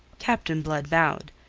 captain blood bowed.